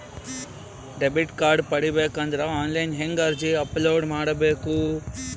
Debit card ಪಡಿಬೇಕು ಅಂದ್ರ online ಹೆಂಗ್ ಅರ್ಜಿ ಅಪಲೊಡ ಮಾಡಬೇಕು?